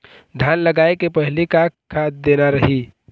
धान लगाय के पहली का खाद देना रही?